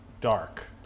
dark